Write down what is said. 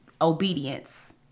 obedience